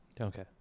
Okay